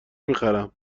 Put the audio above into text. میخرم